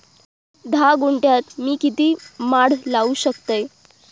धा गुंठयात मी किती माड लावू शकतय?